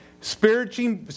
spiritual